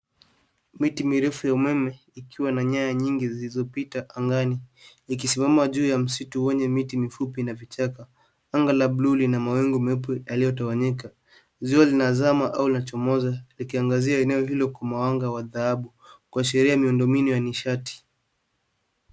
Miti mirefu ya umeme ikiwa na nyaya nyingi zilizopita angani, ikisimama juu ya msitu wenye miti mifupi na vichaka. Anga la buluu lina mawingu meupe yaliyotawanyika. Jua linazama au lachomoza likiangazia eneo hilo kwa mwanga wa dhahabu kwa sheria ya miundo mbinu ya nishati.